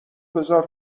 بزار